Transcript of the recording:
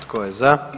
Tko je za?